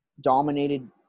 dominated